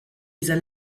dieser